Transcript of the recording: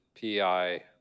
PI